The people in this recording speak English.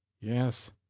yes